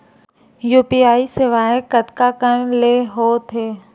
UPI सेवाएं कतका कान ले हो थे?